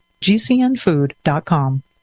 GCNfood.com